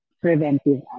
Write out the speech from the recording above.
preventive